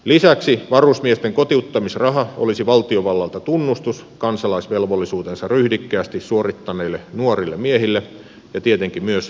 lisäksi varusmiesten kotiuttamisraha olisi valtiovallalta tunnustus kansalaisvelvollisuutensa ryhdikkäästi suorittaneille nuorille miehille ja tietenkin myös vapaaehtoisille naisille